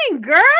girl